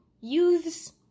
youths